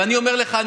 ואני אומר לך,